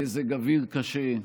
מזג אוויר קשה,